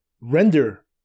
render